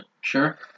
Sure